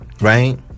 right